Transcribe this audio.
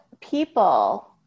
people